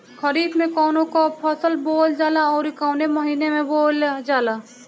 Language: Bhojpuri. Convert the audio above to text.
खरिफ में कौन कौं फसल बोवल जाला अउर काउने महीने में बोवेल जाला?